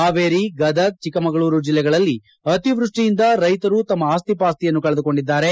ಹಾವೇರಿ ಗದಗ ಚಿಕ್ಕಮಗಳೂರು ಜಿಲ್ಲೆಗಳಲ್ಲಿ ಅತಿವೃಷ್ಠಿಯಿಂದ ರೈತರು ತಮ್ಮ ಆಸ್ತಿಪಾಸ್ತಿಯನ್ನು ಕಳೆದುಕೊಂಡಿದ್ದಾರೆ